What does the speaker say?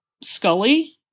Scully